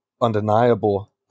undeniable